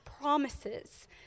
promises